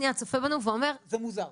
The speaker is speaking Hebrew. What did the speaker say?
צופה בנו ואומר: -- זה מוזר.